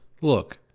Look